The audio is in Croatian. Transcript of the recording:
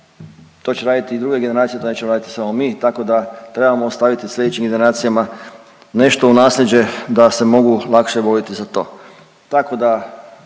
To će raditi i druge generacije, to nećemo raditi samo mi tako da trebamo ostaviti sljedećim generacijama nešto u naslijeđe da se mogu lakše voditi za to. Tako da